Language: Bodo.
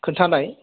खोन्थानाय